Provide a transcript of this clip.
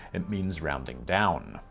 it means rounding down.